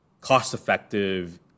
cost-effective